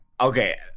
Okay